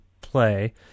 play